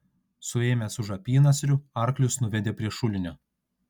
suėmęs už apynasrių arklius nuvedė prie šulinio